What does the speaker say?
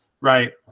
Right